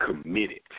committed